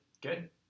Good